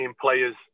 players